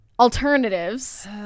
alternatives